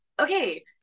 okay